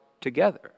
together